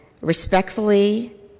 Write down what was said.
respectfully